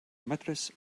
mattress